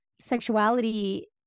sexuality